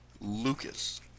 Lucas